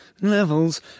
levels